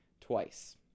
twice